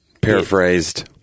Paraphrased